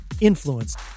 influenced